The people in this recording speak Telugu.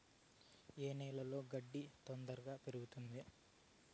ఏ నేలలో గడ్డి తొందరగా పెరుగుతుంది